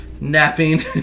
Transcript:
napping